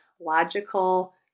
logical